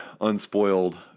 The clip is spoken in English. unspoiled